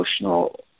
emotional